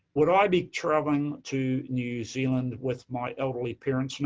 would i be traveling to new zealand with my elderly parents? no,